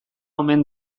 omen